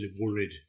worried